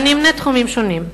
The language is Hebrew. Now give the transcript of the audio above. ואני אמנה תחומים שונים: